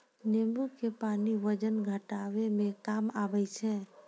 नेंबू के पानी वजन घटाबै मे काम आबै छै